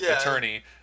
attorney